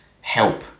help